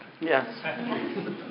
Yes